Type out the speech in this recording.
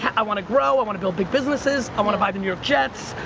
i wanna grow, i wanna build big businesses, i wanna buy the new york jets,